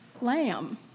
lamb